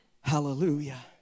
Hallelujah